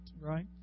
right